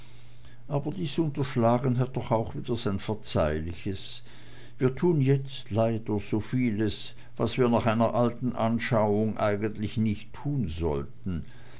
aber dies unterschlagen hat doch auch wieder sein verzeihliches wir tun jetzt leider so vieles was wir nach einer alten anschauung eigentlich nicht tun sollten